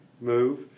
move